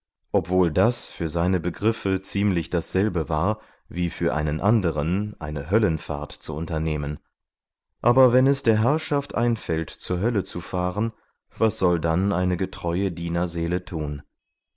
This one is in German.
obwohl das für seine begriffe ziemlich dasselbe war wie für einen anderen eine höllenfahrt zu unternehmen aber wenn es der herrschaft einfällt zur hölle zu fahren was soll dann eine getreue dienerseele tun